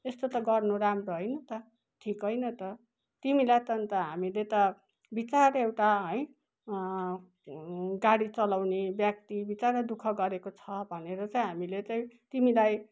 यस्तो त गर्नु राम्रो होइन त ठिक होइन त तिमीलाई त अन्त हामीले त बिचारा एउटा है अँ गाडी चलाउने व्यक्ति बिचारा दु ख गरेको छ भनेर चाहिँ हामीले चाहिँ तिमीलाई